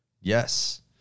Yes